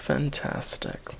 Fantastic